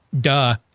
Duh